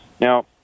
Now